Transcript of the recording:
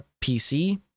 PC